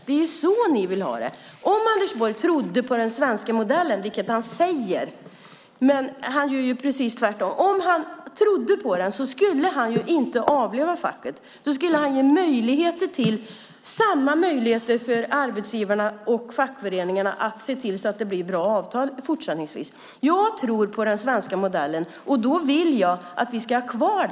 Det är så man vill ha det. Om Anders Borg trodde på den svenska modellen, vilket han säger samtidigt som han agerar precis tvärtom, skulle han inte avlöva facket. Då skulle han ge samma möjligheter för arbetsgivare och fackföreningar att se till att vi får bra avtal fortsättningsvis. Jag tror på den svenska modellen, och jag vill att vi ska ha den kvar.